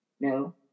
No